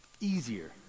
easier